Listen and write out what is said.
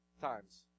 times